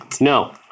No